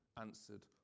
answered